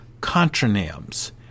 contronyms